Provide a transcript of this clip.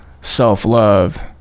self-love